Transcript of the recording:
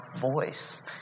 voice